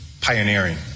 pioneering